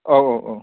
औ औ औ